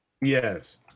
Yes